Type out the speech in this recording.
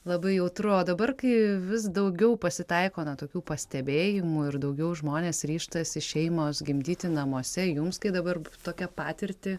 labai jautru o dabar kai vis daugiau pasitaiko tokių pastebėjimų ir daugiau žmonės ryžtasi šeimos gimdyti namuose jums kai dabar tokią patirtį